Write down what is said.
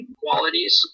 qualities